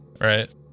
Right